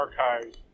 Archives